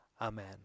Amen